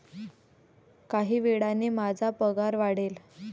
काही वेळाने माझा पगार वाढेल